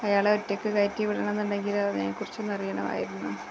അയാളെ ഒറ്റയ്ക്കു കയറ്റി വിടണമെന്നുണ്ടെങ്കില് അതിനെ കുറിച്ചൊന്നറിയണമായിരുന്നു